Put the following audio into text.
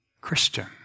Christian